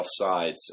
offsides